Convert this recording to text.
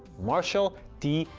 marshall d.